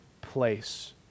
place